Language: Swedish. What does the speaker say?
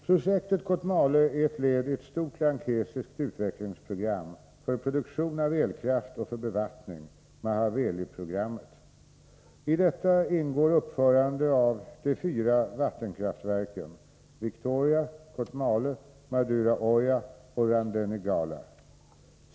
Projektet Kotmale är ett led i ett stort lankesiskt utvecklingsprogram för produktion av elkraft och för bevattning, Mahaweli-programmet. I detta ingår uppförande av de fyra vattenkraftverken Victoria, Kotmale, Maduru Oya och Randenigala.